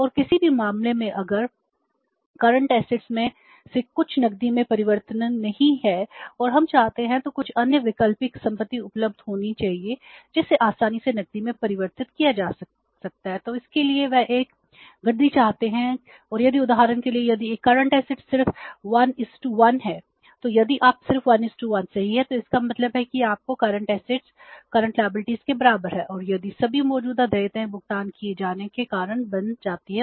और किसी भी मामले में अगर असेट्स के बराबर है और यदि सभी मौजूदा देयताएं भुगतान किए जाने के कारण बन जाती हैं